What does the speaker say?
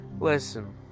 Listen